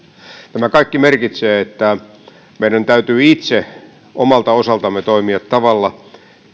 tämä kaikki merkitsee että meidän täytyy itse omalta osaltamme toimia tavalla